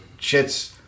shits